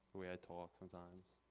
way i talk, sometimes.